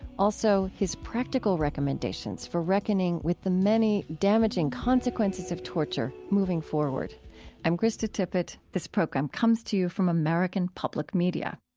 also, his practical recommendations for reckoning with the many damaging consequences of torture moving forward i'm krista tippett. this program comes to you from american public media